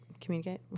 communicate